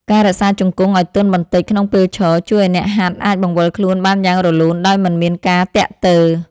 ការរក្សាជង្គង់ឱ្យទន់បន្តិចក្នុងពេលឈរ ជួយឱ្យអ្នកហាត់អាចបង្វិលខ្លួនបានយ៉ាងរលូនដោយមិនមានការទាក់ទើ។